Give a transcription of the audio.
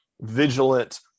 vigilant